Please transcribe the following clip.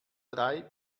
drei